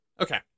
Okay